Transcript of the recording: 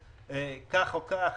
כך או כך,